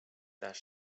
das